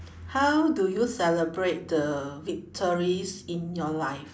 how do you celebrate the victories in your life